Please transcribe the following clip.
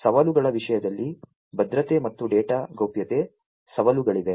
ಆದ್ದರಿಂದ ಸವಾಲುಗಳ ವಿಷಯದಲ್ಲಿ ಭದ್ರತೆ ಮತ್ತು ಡೇಟಾ ಗೌಪ್ಯತೆ ಸವಾಲುಗಳಿವೆ